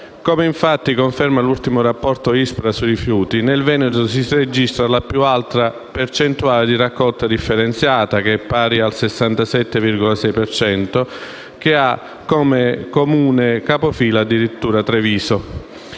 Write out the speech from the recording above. Come infatti conferma l'ultimo rapporto ISPRA sui rifiuti, nel Veneto si registra la più alta percentuale di raccolta differenziata, che è pari al 67,6 per cento, che ha come Comune capofila addirittura Treviso.